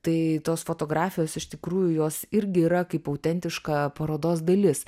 tai tos fotografijos iš tikrųjų jos irgi yra kaip autentiška parodos dalis